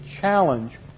challenge